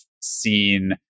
seen